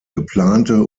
geplante